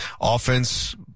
offense